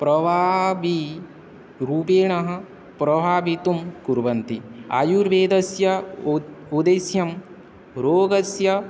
प्रभावीरूपेणः प्रभावितुं कुर्वन्ति आयुर्वेदस्य उत् उद्देशं रोगस्य